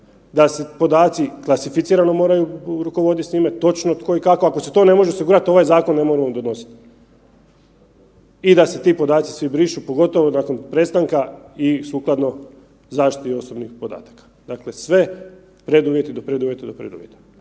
da se podaci klasificirano moraju rukovoditi s njime, točno tko i kako. Ako se to ne može osigurati ovaj zakon ne moramo donositi i da se ti podaci svi brišu, pogotovo nakon prestanka i sukladno zaštiti osobnih podataka. Dakle, sve preduvjeti do preduvjeta, do preduvjeta